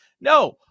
No